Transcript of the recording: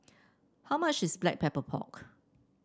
how much is Black Pepper Pork